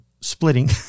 splitting